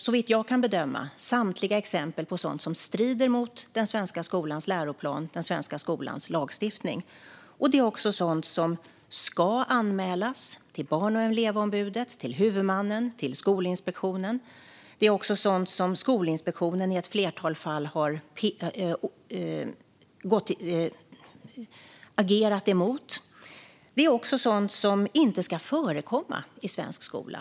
Såvitt jag kan bedöma gäller det i samtliga dessa fall sådant som strider mot den svenska skolans läroplan och den svenska skolans lagstiftning och som ska anmälas till Barn och elevombudet, huvudmannen och Skolinspektionen. Skolinspektionen har också i ett flertal fall agerat. Sådant ska inte förekomma i svensk skola.